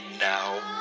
now